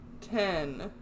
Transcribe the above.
Ten